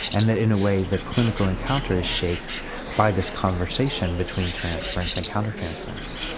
and that in a way the clinical encounter is shaped by this conversation between transference and counter-transference.